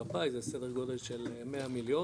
זה סדר גודל של 100 מיליון